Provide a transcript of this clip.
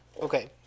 Okay